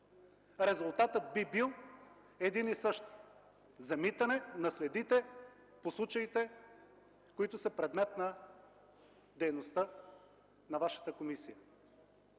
Резултатът би бил един и същ – замитане на следите по случаите, които са предмет на дейността на Вашата комисия.